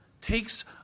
takes